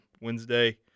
Wednesday